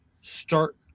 start